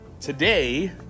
Today